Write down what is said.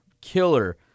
killer